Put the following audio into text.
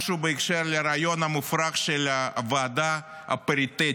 משהו בהקשר של הרעיון המופרך של הוועדה הפריטטית.